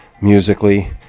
musically